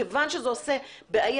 כיוון שזה עושה בעיה